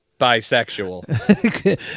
bisexual